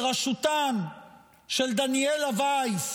בראשותם של דניאלה וייס